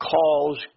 calls